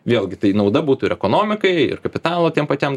vėlgi tai nauda būtų ir ekonomikai ir kapitalo tiem patiem